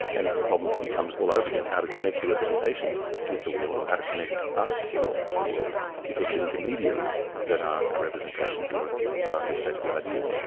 and the problem becomes all over again, how to connect the representations with the world or how to connect us with the world because of the intermediaries that are our representations or in berkeley's case the ideas.